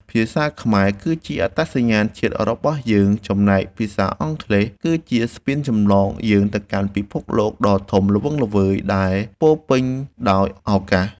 ភាសាខ្មែរគឺជាអត្តសញ្ញាណជាតិរបស់យើងចំណែកភាសាអង់គ្លេសគឺជាស្ពានចម្លងយើងទៅកាន់ពិភពលោកដ៏ធំល្វឹងល្វើយដែលពោរពេញដោយឱកាស។